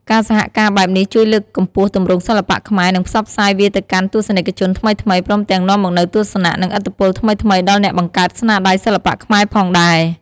ការសហការបែបនេះជួយលើកកម្ពស់ទម្រង់សិល្បៈខ្មែរ និងផ្សព្វផ្សាយវាទៅកាន់ទស្សនិកជនថ្មីៗ ព្រមទាំងនាំមកនូវទស្សនៈ និងឥទ្ធិពលថ្មីៗដល់អ្នកបង្កើតស្នាដៃសិល្បៈខ្មែរផងដែរ។